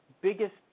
biggest